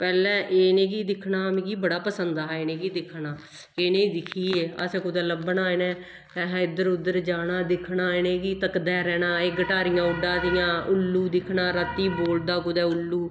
पैह्लें इ'नेंगी दिक्खना मिगदी बड़ा पंसद हा इ'नेंगी दिक्खना इ'नेंगी दिक्खियै असें कुदै लब्भना ते इ'नें असें इद्धर उद्धर जाना दिक्खना इ'नेंगी तकदे रैह्ना एह् गटारियां उड्डा दियां उल्लू दिक्खना बोलदा कुदै उल्लू